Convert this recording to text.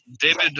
David